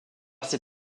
ses